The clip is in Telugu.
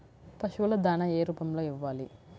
పశువుల దాణా ఏ రూపంలో ఇవ్వాలి?